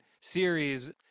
series